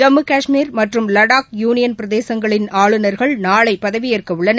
ஜம்மு காஷ்மீர் மற்றும் லடாக் யூனியன் பிரதேசங்களின் ஆளுநர்கள் நாளைபதவியேற்கஉள்ளனர்